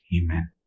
Amen